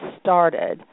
started